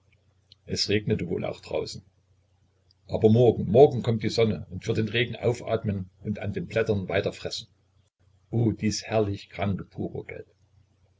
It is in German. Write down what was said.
es regnete wohl auch draußen aber morgen morgen kommt die sonne und wird den regen aufatmen und an den blättern weiter fressen oh dies herrliche kranke